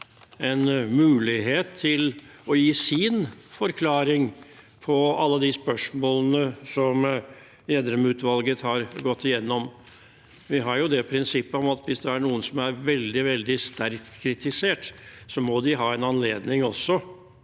en mulighet til å gi sin forklaring på alle de spørsmålene som Gjedrem-utvalget har gått gjennom. Vi har det prinsippet at hvis det er noen som er veldig, veldig sterkt kritisert, må også de ha en anledning i